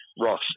Ross